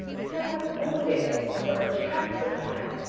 jem was wounded what chance would he have?